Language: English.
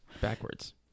backwards